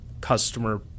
customer